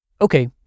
okay